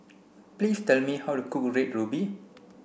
please tell me how to cook red ruby